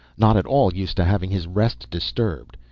not at all used to having his rest disturbed.